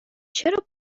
چرا